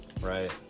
Right